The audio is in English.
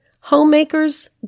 homemakers